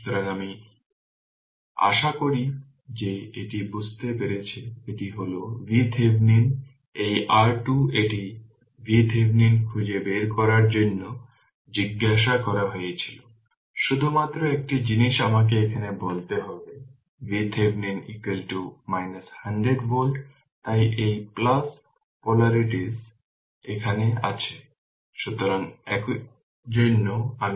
সুতরাং আশা করা যায় যে এটি বুঝতে পেরেছে এটি হল VThevenin এই R2 এটি VThevenin খুঁজে বের করার জন্য জিজ্ঞাসা করা হয়েছিল শুধুমাত্র একটি জিনিস আমাকে এখানে বলতে হবে VThevenin 100 ভোল্ট তাই এই পোলারিটিস এখানে আছে সুতরাং এজন্যই আমি V 100 ভোল্ট লিখেছি